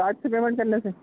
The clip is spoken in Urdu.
کارڈ سے پیمنٹ کرنا ہے سر